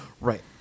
Right